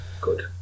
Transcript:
Good